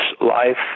life